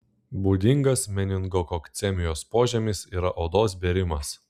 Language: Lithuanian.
būdingas meningokokcemijos požymis yra odos bėrimas